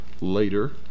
later